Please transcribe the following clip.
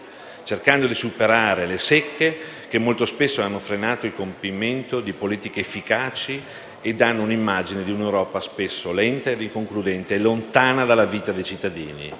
cercando di superare le secche che molto spesso hanno frenato il compimento di politiche efficaci e danno un'immagine di un'Europa spesso lenta e inconcludente, lontana dalla vita dei cittadini.